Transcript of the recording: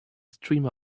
streamer